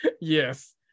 Yes